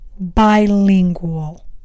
bilingual